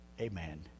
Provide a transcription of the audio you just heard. Amen